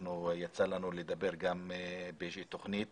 יצא לנו לדבר גם באיזושהי תוכנית